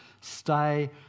stay